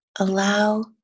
Allow